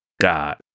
God